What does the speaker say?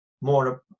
more